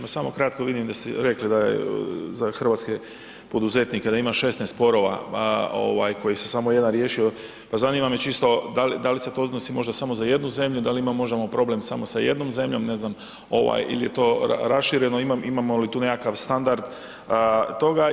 Pa samo kratko, vidim da ste rekli da je za hrvatske poduzetnike da ima 16 sporova od kojih se samo jedan riješio, pa zanima me čisto da li se to odnosi možda samo za jednu zemlju, da li imamo problem samo sa jednom zemljom ili je to rašireno, imamo li tu nekakav standard toga?